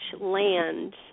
land